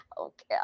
okay